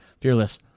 Fearless